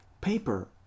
paper